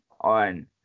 on